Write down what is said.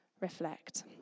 reflect